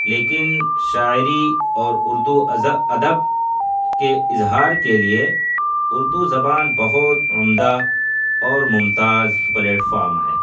لیکن شاعری اور اردو ادب کے اظہار کے لیے اردو زبان بہت عمدہ اور ممتاز پلیٹ فارم ہے